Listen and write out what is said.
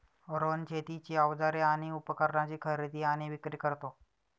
रोहन शेतीची अवजारे आणि उपकरणाची खरेदी आणि विक्री करतो